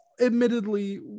admittedly